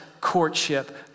courtship